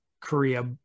Korea